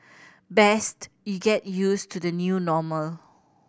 best you get used to the new normal